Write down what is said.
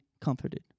comforted